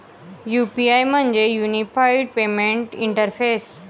UPI म्हणजे unified payment interface